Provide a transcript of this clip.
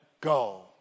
go